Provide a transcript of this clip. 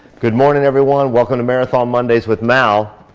good morning, everyone. welcome to marathon mondays with mal.